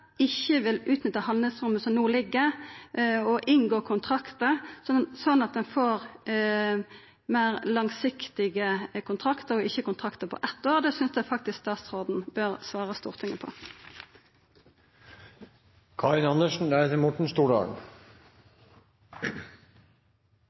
ikkje vil utnytta handlingsrommet som ligg og inngå kontraktar, slik at ein får meir langsiktige kontraktar, ikkje kontraktar på eitt år? Det synest eg faktisk statsråden bør svara Stortinget på.